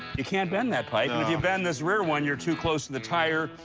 you can't bend that pipe. nah. if you bend this rear one, you're too close to the tire.